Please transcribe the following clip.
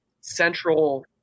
central